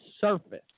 surface